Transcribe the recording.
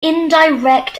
indirect